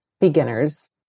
beginners